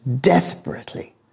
desperately